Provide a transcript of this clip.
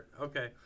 Okay